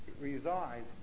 resides